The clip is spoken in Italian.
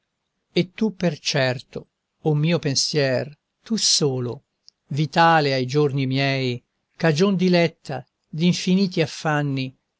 e tu per certo o mio pensier tu solo vitale ai giorni miei cagion diletta d'infiniti affanni